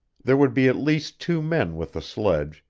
there would be at least two men with the sledge,